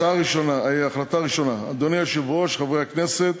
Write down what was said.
החלטה ראשונה: אדוני היושב-ראש, חברי הכנסת,